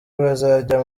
bazajya